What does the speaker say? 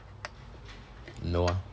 no ah